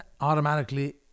automatically